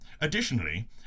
Additionally